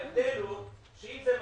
ההבדל הוא שאם זה מלכ"ר,